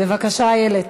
בבקשה, איילת.